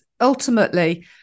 ultimately